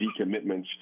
decommitments